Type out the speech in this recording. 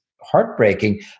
heartbreaking